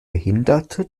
behinderte